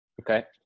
Okay